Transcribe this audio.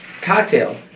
Cocktail